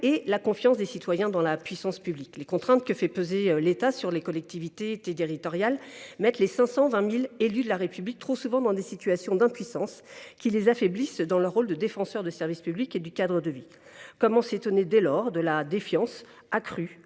et la confiance des citoyens dans la puissance publique. Les contraintes que fait peser l’État sur les collectivités territoriales mettent trop souvent les 520 000 élus de la République dans des situations d’impuissance, qui les affaiblissent dans leur rôle de défenseur des services publics et du cadre de vie. Comment s’étonner, dès lors, de la défiance accrue